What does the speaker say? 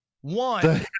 one